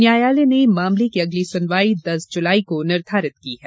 न्यायालय ने मामले की अगली सुनवाई दस जुलाई को निर्धारित की है